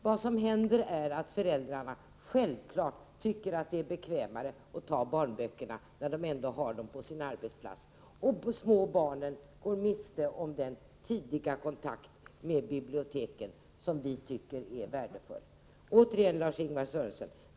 Vad som händer är att föräldrarna självfallet tycker att när barnböckerna ändå finns på deras arbetsplatsbibliotek, så är det bekvämare att låna dem där. De små barnen går därmed miste om den tidiga kontakt med biblioteken som vi tycker är värdefull. Återigen, Lars-Ingvar Sörenson!